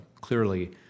clearly